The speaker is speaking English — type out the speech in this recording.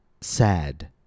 sad